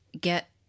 get